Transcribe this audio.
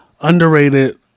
underrated